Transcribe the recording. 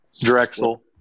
Drexel